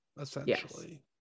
essentially